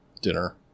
dinner